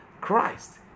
Christ